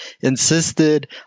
insisted